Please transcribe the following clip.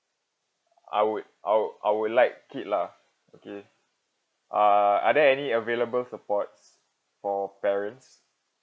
I would I I would like it lah okay uh are there any available supports for parents